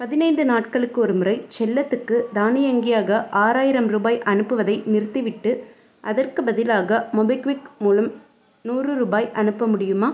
பதினைந்து நாட்களுக்கு ஒருமுறை செல்லத்துக்கு தானியங்கியாக ஆறாயிரம் ரூபாய் அனுப்புவதை நிறுத்திவிட்டு அதற்குப் பதிலாக மோபிக்விக் மூலம் நூறு ரூபாய் அனுப்ப முடியுமா